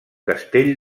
castell